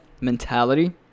mentality